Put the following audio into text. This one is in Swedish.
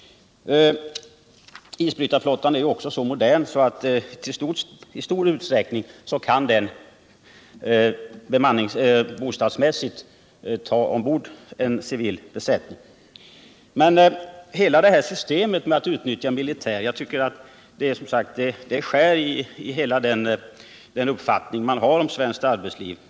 Isbrytarflottan är också så modern att den bostadsmässigt kan ta ombord en civil besättning. Hela systemet med att utnyttja militär personal tycker jag skär i den uppfattning man har om svenskt arbetsliv.